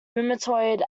rheumatoid